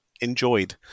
enjoyed